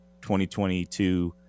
2022